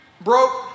broke